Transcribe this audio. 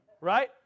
right